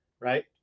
right